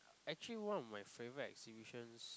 actually one of my favorite exhibitions